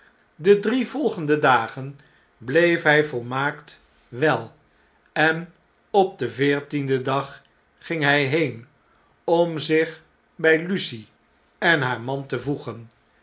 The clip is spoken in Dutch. de drie volgende dagen bleef hij volmaakt wel en op den veertienden dag ging hij heen om zich bfl lucie en haar man te voegen